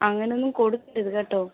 അങ്ങനൊന്നും കൊടുക്കരുത് കേട്ടോ